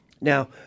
Now